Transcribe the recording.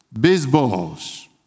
baseballs